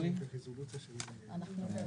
אשמח